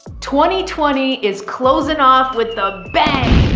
twenty twenty is closing off with the bang.